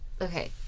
Okay